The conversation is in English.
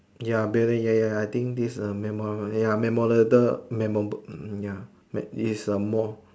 ya Billy ya ya ya I think this uh memorable ya memorable memorable ya is more